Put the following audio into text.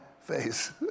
face